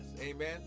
Amen